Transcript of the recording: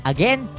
Again